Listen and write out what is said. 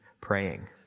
praying